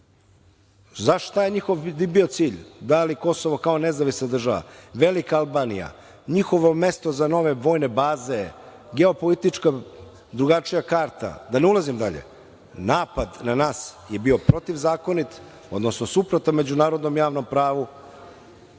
šta bi bio njihov cilj, da li Kosovo kao nezavisna država, velika Albanija, njihovo mesto za nove vojne baze, geopolitička drugačija karta, da ne ulazim dalje. Napad na nas je bio protivzakonit, odnosno suprotan međunarodnom javnom pravu